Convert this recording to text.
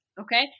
Okay